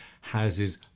houses